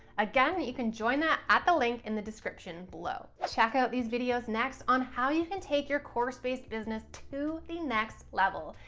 again, you can join that at the link in the description below. check out these videos next on how you can take your course based business to the next level.